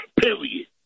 period